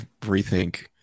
rethink